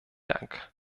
dank